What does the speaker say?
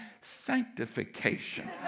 sanctification